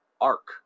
arc